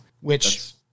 which-